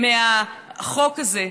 מהחוק הזה.